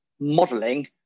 modeling